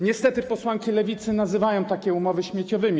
Niestety, posłanki Lewicy nazywają takie umowy śmieciowymi.